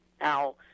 Now